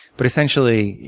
but, essentially,